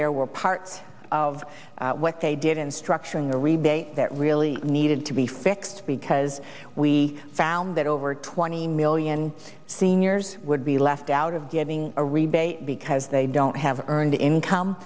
there were parts of what they did in structuring the rebate that really needed to be fixed because we found that over twenty million seniors would be left out of getting a rebate because they don't have earned income